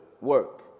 work